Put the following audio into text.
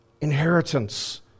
inheritance